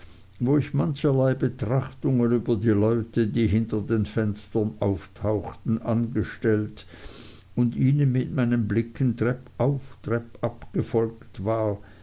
wo ich mancherlei betrachtungen über die leute die hinter den fenstern auftauchten angestellt und ihnen mit meinen blicken treppauf treppab gefolgt war